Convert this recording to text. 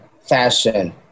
fashion